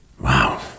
Wow